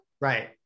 right